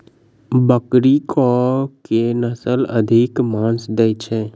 बकरी केँ के नस्ल अधिक मांस दैय छैय?